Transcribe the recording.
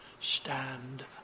stand